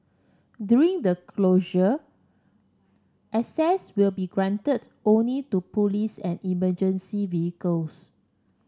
during the closure access will be granted only to police and emergency vehicles